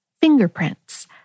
fingerprints